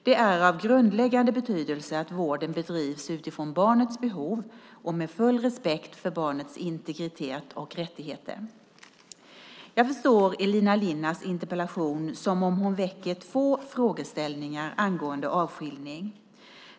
Det är av grundläggande betydelse att vården bedrivs utifrån barnets behov och med full respekt för barnets integritet och rättigheter. Jag förstår Elina Linnas interpellation som att hon väcker två frågeställningar angående avskiljning.